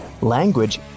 language